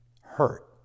hurt